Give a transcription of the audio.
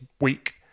week